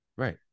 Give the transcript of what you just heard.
Right